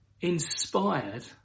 inspired